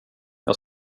jag